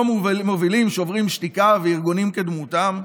מובילים שוברים שתיקה וארגונים כדמותם,